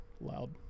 loud